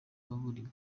baburiwe